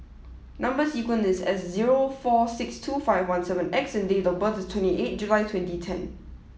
number sequence is S zero four six two five one seven X and date of birth is twenty eight July twenty ten